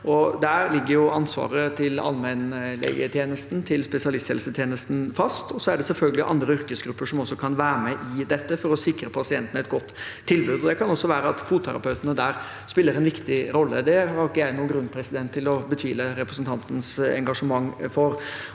Der ligger ansvaret til allmennlegetjenesten og spesialisthelsetjenesten fast. Det er selvfølgelig også andre yrkesgrupper som kan være med i dette for å sikre pasientene et godt tilbud. Det kan være at fotterapeutene spiller en viktig rolle der, det har jeg ikke noen grunn til å betvile representantens engasjement for.